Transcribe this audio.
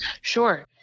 Sure